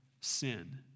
sin